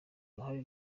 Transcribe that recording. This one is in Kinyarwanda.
uruhare